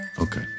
Okay